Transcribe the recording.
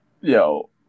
yo